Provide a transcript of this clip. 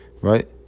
right